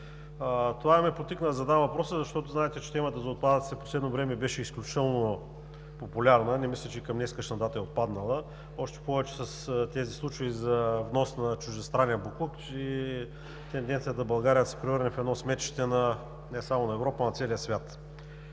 Това ме подтикна да задам въпроса. Знаете, че темата за отпадъците в последно време беше изключително популярна, а не мисля, че и към днешна дата е отпаднала, още повече със случаите за внос на чуждестранен боклук и тенденцията България да се превърне в сметище не само на Европа, а и на целия свят.